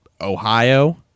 Ohio